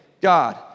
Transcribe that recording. God